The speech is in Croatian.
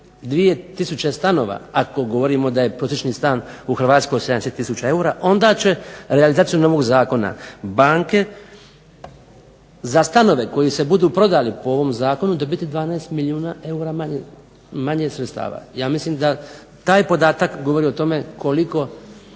oko 2 tisuće stanova, ako govorimo da je prosječni stan u HRvatskoj 70 tisuća eura, onda će realizacijom ovog zakona banke za stanove koji se budu prodali po ovom zakonu dobiti 12 milijuna eura manje sredstava. Ja mislim da taj podatak govori o tome koliko